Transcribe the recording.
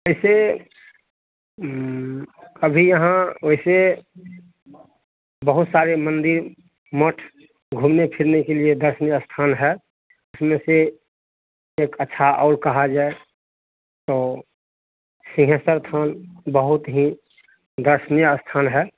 वैसे अभी यहाँ वैसे बहुत सारे मंदिर मठ घूमने फिरने के लिए दर्शनीय स्थान है फ़िर से एक अच्छा और कहा जाए तो सिंहेसर थान बहुत ही दर्शनीय स्थान है